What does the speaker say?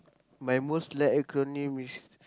my most liked acronym is